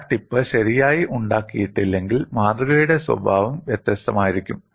crack tip ശരിയായി ഉണ്ടാക്കിയിട്ടില്ലെങ്കിൽ മാതൃകയുടെ സ്വഭാവം വ്യത്യസ്തമായിരിക്കും